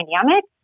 dynamic